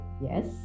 Yes